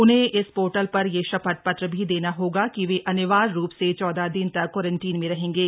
उन्हें इस पोर्टल पर यह शपथ पत्र भी देना होगा कि वे अनिवार्य रूप से चौदह दिन तक क्वारंटीन में रहेंगे